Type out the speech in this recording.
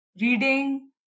reading